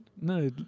No